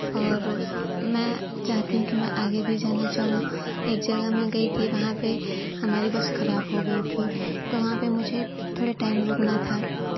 और मैं चाहती हूँ कि मैं आगे भी जाना चाहूँ एक जगह मैं गई थी वहाँ पे हमारी बस खराब हो गई थी तो वहाँ पे मुझे थोड़े टाइम रुकना था